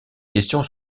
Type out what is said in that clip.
question